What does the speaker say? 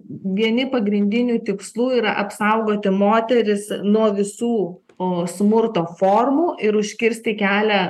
vieni pagrindinių tikslų yra apsaugoti moteris nuo visų o smurto formų ir užkirsti kelią